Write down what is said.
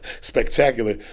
spectacular